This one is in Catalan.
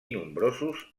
nombrosos